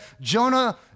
Jonah